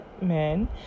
men